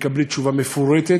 תקבלי תשובה מפורטת.